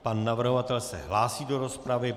Pan navrhovatel se hlásí do rozpravy.